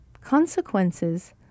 Consequences